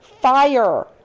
fire